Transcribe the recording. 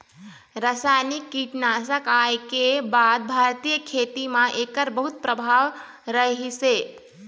रासायनिक कीटनाशक आए के बाद भारतीय खेती म एकर बहुत प्रभाव रहीसे